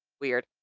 weird